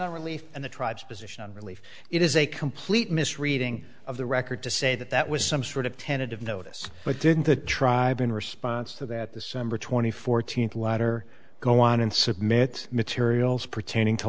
on relief and the tribes position on relief it is a complete misreading of the record to say that that was some sort of tentative notice but didn't the tribe in response to that the summer twenty fourteenth letter go on and submit materials pertaining to